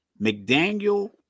McDaniel